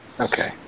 Okay